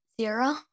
Zero